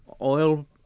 Oil